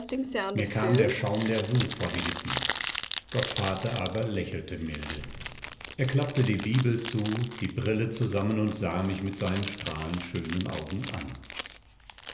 mir kam der schaum der wut vor die lippen gottvater aber lächelte milde er klappte die bibel zu die brille zusammen und sah mich mit seinen strahlend schönen augen an